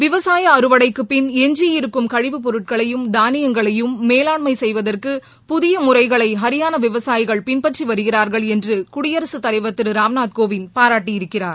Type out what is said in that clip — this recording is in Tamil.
விவசாய அறுவடைக்கு பின் எஞ்சியிருக்கும் கழிவுப்பொருட்களையும் தானியங்களையும் மேலாண்மை செய்வதற்கு புதிய முறைகளை ஹரியானா விவசாயிகள் பின்பற்றி வருகிறார்கள் என்று குடியரசுத் தலைவர் திரு ராம்நாத்கோவிந்த் பாராட்டியிருக்கிறார்